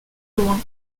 loin